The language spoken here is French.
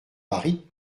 paris